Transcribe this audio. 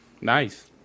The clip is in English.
Nice